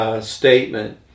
statement